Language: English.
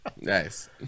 Nice